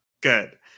good